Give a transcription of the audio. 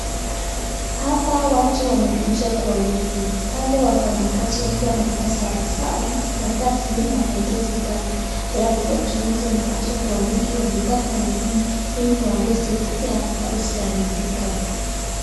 Hapa watu wamekuja kwa wengi, pale wafanyikazi wakiwa wamevaa sare zao za kazi wameketi pale ,alafu watu wengi wamekuja kwa wengi wamepanga laini ili waweze pia kusaidika.